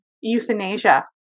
euthanasia